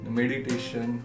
meditation